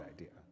idea